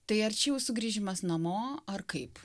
tai ar čia jau sugrįžimas namo ar kaip